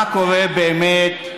מה קורה באמת,